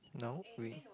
no we